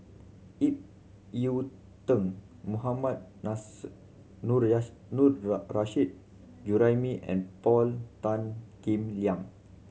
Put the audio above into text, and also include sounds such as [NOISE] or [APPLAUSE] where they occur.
Ip Yiu Tung Mohammad Nars [UNINTELLIGIBLE] Juraimi and Paul Tan Kim Liang